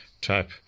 type